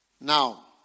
Now